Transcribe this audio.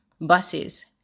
buses